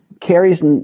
Carrie's